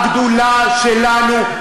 הגדולה שלנו,